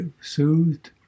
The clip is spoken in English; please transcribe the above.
soothed